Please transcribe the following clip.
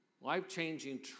Life-changing